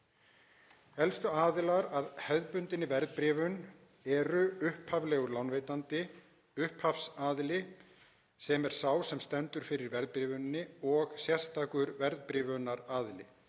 Helstu aðilar að hefðbundinni verðbréfun eru upphaflegur lánveitandi, upphafsaðili, sem er sá sem stendur fyrir verðbréfuninni, og sérstakur verðbréfunaraðili,